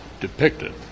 depicted